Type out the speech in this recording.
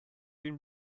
been